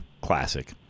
classic